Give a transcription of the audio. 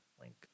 link